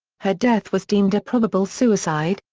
her death was deemed a probable suicide,